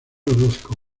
orozco